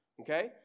okay